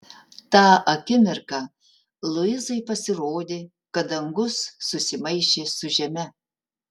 tą akimirką luizai pasirodė kad dangus susimaišė su žeme